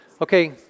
Okay